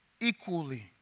equally